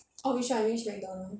orh which [one] which McDonald's